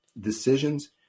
decisions